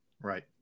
Right